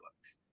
books